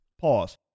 Pause